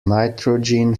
nitrogen